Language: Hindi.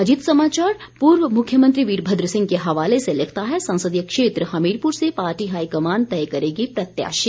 अजीत समाचार पूर्व मुख्यमंत्री वीरभद्र सिंह के हवाले से लिखता है ससंदीय क्षेत्र हमीरपुर से पार्टी हाईकमान तय करेगी प्रत्याशी